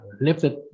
lifted